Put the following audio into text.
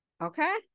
Okay